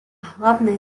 hlavné